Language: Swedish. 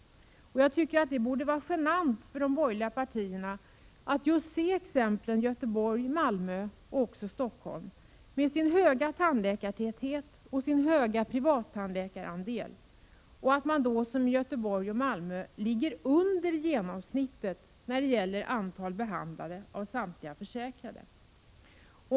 Det borde vara genant för de borgerliga partierna att se exemplen Göteborg, Malmö och Stockholm, där man med sin höga tandläkartäthet och höga privattandläkarandel ligger under genomsnittet när det gäller antal behandlade av samtliga försäkrade.